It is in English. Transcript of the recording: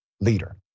leader